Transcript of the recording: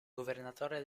governatore